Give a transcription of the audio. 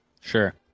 Sure